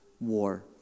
war